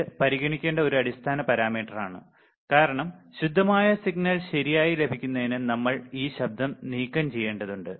ഇത് പരിഗണിക്കേണ്ട ഒരു അടിസ്ഥാന പാരാമീറ്ററാണ് കാരണം ശുദ്ധമായ സിഗ്നൽ ശരിയായി ലഭിക്കുന്നതിന് നമ്മൾ ഈ ശബ്ദം നീക്കംചെയ്യേണ്ടതുണ്ട്